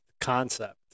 concept